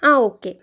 ആ ഓക്കേ